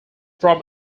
from